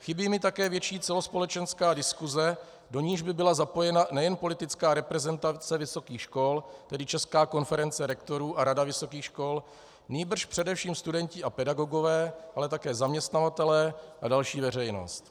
Chybí mi také větší celospolečenská diskuse, do níž by byla zapojena nejen politická reprezentace vysokých škol, tedy Česká konference rektorů a Rada vysokých škol, nýbrž především studenti a pedagogové, ale také zaměstnavatelé a další veřejnost.